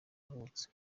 avutse